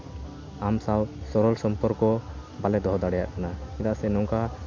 ᱟᱢ ᱥᱟᱶ ᱥᱚᱨᱚᱞ ᱥᱟᱢᱯᱚᱨᱠᱚ ᱵᱟᱞᱮ ᱫᱚᱦᱚ ᱫᱟᱲᱮᱭᱟᱜ ᱠᱟᱱᱟ ᱪᱮᱫᱟᱜ ᱥᱮ ᱱᱚᱝᱠᱟ